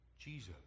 Jesus